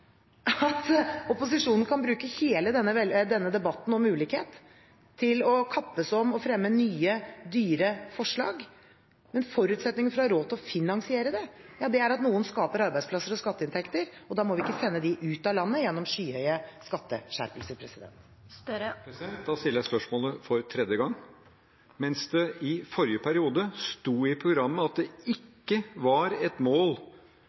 at opposisjonen kan bruke hele denne debatten om ulikhet til å kappes om å fremme nye, dyre forslag. Men forutsetningen for å ha råd til å finansiere det er at noen skaper arbeidsplasser og skatteinntekter, og da må vi ikke sende dem ut av landet gjennom skyhøye skatteskjerpelser. Da stiller jeg spørsmålet for tredje gang. Mens det i forrige periode sto i programmet at det ikke var et mål